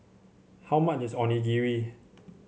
how much is Onigiri